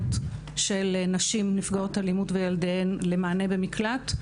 של נשים נפגעות אלימות וילדיהן למענה במקלט,